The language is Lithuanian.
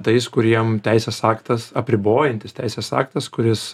tais kuriem teisės aktas apribojantis teisės aktas kuris